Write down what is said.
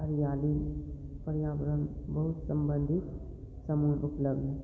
हरियाली पर्यावरण बहुत संबंधित सामूहिक उपलब्ध हैं